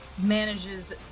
manages